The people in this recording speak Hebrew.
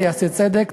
וייעשה צדק.